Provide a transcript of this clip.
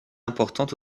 importante